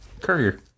Courier